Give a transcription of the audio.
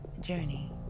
journey